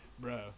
bro